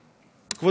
לשר.